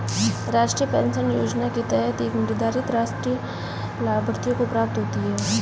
राष्ट्रीय पेंशन योजना के तहत एक निर्धारित राशि लाभार्थियों को प्राप्त होती है